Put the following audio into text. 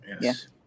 Yes